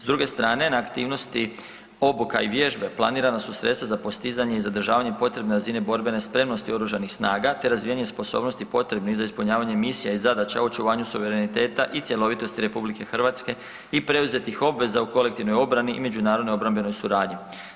S druge strane, na aktivnosti obuka i vježbe planirana su sredstva za postizanje i zadržavanje potrebne razine borbene spremnosti OSRH te razvijanje sposobnosti potrebnih za ispunjavanje misija i zadaća u očuvanju suvereniteta i cjelovitosti RH i preuzetih obveza u kolektivnoj obrani i međunarodnoj obrambenoj suradnji.